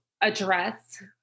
address